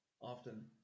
often